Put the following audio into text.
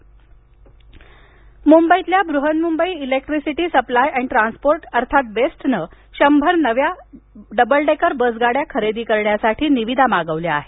गाड्या मुंबईतील Brihanmumbai electricity supply and transport अर्थात बेस्टनं शंभर नव्या डबल डेकर बसगाड्या खरेदी करण्यासाठी निविदा मागवल्या आहेत